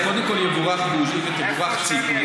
אז קודם כול, יבורך בוז'י ותבורך ציפי,